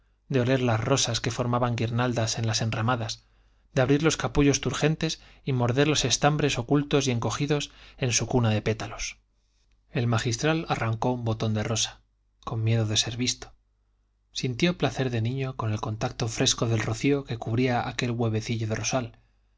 de oler las rosas que formaban guirnaldas en las enramadas de abrir los capullos turgentes y morder los estambres ocultos y encogidos en su cuna de pétalos el magistral arrancó un botón de rosa con miedo de ser visto sintió placer de niño con el contacto fresco del rocío que cubría aquel huevecillo de rosal